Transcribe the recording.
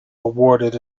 awarded